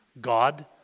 God